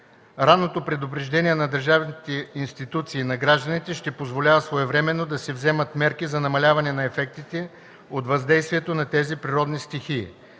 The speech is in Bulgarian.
Ранното предупреждение на държавните институции и на гражданите ще позволява своевременно да се вземат мерки за намаляване на ефектите от въздействието на тези природни стихии.